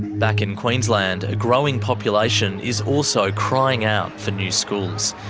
back in queensland, a growing population is also ah crying out for new schools.